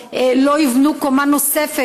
לא יבנו קומה נוספת,